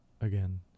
Again